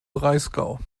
breisgau